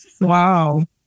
Wow